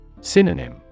Synonym